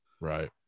Right